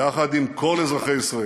יחד עם כל אזרחי ישראל,